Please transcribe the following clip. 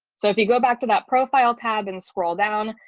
so if you go back to that profile tab and scroll down,